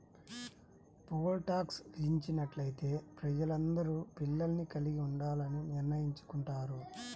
pole tax విధించినట్లయితే ప్రజలందరూ పిల్లల్ని కలిగి ఉండాలని నిర్ణయించుకుంటారు